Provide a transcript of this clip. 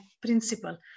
principle